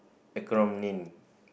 acronym